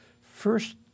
First